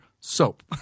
soap